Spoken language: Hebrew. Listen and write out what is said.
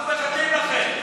אנחנו מחכים לכם.